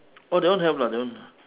oh that one have lah that one